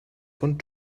von